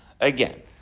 again